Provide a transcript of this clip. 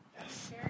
Yes